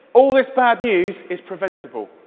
all this bad news, is preventable.